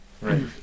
Right